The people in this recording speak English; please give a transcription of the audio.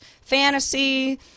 fantasy